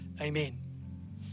Amen